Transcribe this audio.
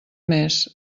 més